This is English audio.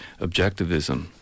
objectivism